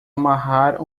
amarrar